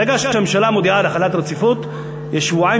ברגע שהממשלה מודיעה על החלת רציפות יש שבועיים